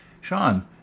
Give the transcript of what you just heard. Sean